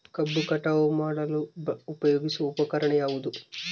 ಕಬ್ಬು ಕಟಾವು ಮಾಡಲು ಉಪಯೋಗಿಸುವ ಉಪಕರಣ ಯಾವುದು?